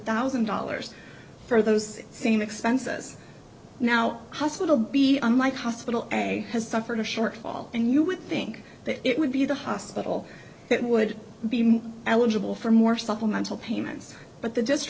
thousand dollars for those same expenses now hospital b unlike hospital a has suffered a shortfall and you would think that it would be the hospital that would be eligible for more supplemental payments but the